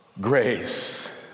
grace